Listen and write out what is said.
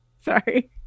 Sorry